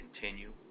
continue